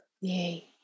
Yay